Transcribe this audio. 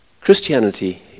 Christianity